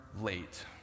late